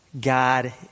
God